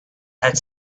had